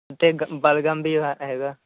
ਅਤੇ ਇੱਕ ਬਲਗਮ ਵੀ ਹਾਂ ਹੈਗਾ